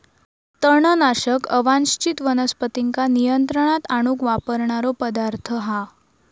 तणनाशक अवांच्छित वनस्पतींका नियंत्रणात आणूक वापरणारो पदार्थ हा